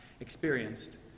experienced